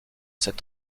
cette